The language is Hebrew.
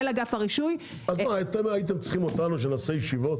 אתם צריכים אותנו שנקיים ישיבות?